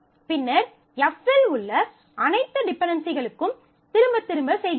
பின்னர் F இல் உள்ள அனைத்து டிபென்டென்சிகளுக்கும் திரும்பத் திரும்ப செய்கிறோம்